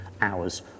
hours